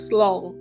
long